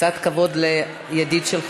קצת כבוד לידיד שלך שעומד כאן.